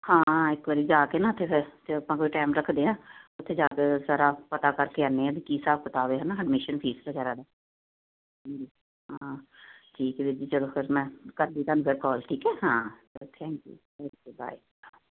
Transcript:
ਹਾਂ ਇੱਕ ਵਾਰੀ ਜਾ ਕੇ ਨਾ ਉੱਥੇ ਫਿਰ ਤਾਂ ਆਪਾਂ ਕੋਈ ਟਾਈਮ ਰੱਖਦੇ ਹਾਂ ਉੱਥੇ ਜਾ ਕੇ ਸਾਰਾ ਪਤਾ ਕਰਕੇ ਆਉਂਦੇ ਹਾਂ ਵੀ ਕੀ ਹਿਸਾਬ ਕਿਤਾਬ ਏ ਹੈ ਨਾ ਐਡਮਿਸ਼ਨ ਫੀਸ ਵਗੈਰਾ ਦਾ ਹਮ ਹਾਂ ਠੀਕ ਹੈ ਵੀਰ ਜੀ ਚਲੋ ਫਿਰ ਮੈਂ ਕਰਦੀ ਤੁਹਾਨੂੰ ਫਿਰ ਕਾਲ ਠੀਕ ਹੈ ਹਾਂ ਚਲੋ ਥੈਂਕ ਯੂ ਓਕੇ ਬਾਏ